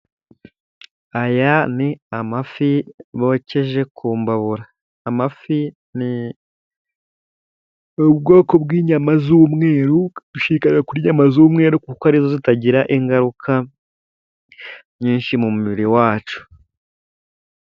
Aya ni amafi bokeje kumbabura, amafi ni ubwoko bw'inyama z'umweru, dushinganye kurya inyama z'umweru, kuko ari zo zitagira ingaruka nyinshi mu mubiri wacu.